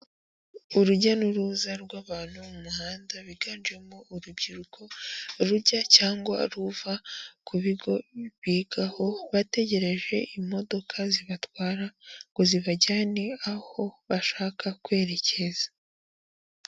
Urujya n'uruza rw'abantu mu muhanda biganjemo urubyiruko, rujya cyangwa ruva ku bigo bigaho bategereje imodoka zibatwara ngo zibajyane aho bashaka kwerekeza.